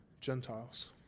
Gentiles